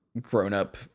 grown-up